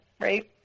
right